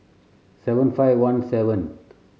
seven five one seventh